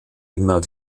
immer